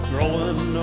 Growing